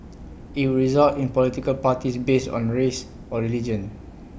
IT would result in political parties based on race or religion